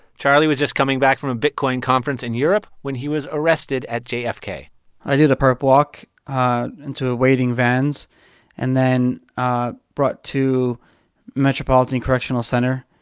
charlie was just coming back from a bitcoin conference in europe when he was arrested at jfk i did a perp walk into ah waiting vans and then ah brought to metropolitan correctional center.